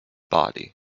body